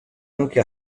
anche